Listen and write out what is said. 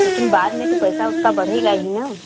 लेकिन बाद में तो पैसा उसका बढ़ेगा ही ना